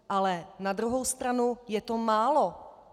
Ale na druhou stranu je to málo!